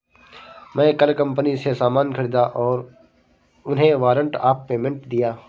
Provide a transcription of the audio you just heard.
मैं कल कंपनी से सामान ख़रीदा और उन्हें वारंट ऑफ़ पेमेंट दिया